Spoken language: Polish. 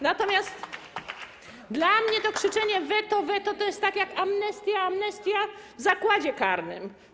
Natomiast dla mnie to krzyczenie: weto, weto to jest tak jak: amnestia, amnestia w zakładzie karnym.